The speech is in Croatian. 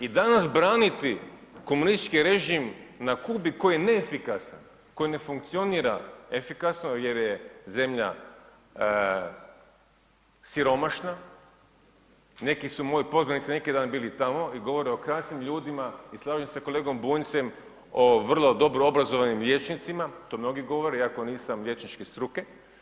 I danas braniti komunistički režim na Kubi koji je neefikasan, koji ne funkcionira efikasno jer je zemlja siromašna, neki su moji poznanici neki dan bili tamo i govore o krasnim ljudima i slažem se s kolegom Bunjcem o vrlo dobro obrazovanim liječnicima, to mnogi govore iako nisam liječničke struke.